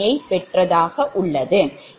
3500 இது உங்கள் 3 X 3 ZBUS அணி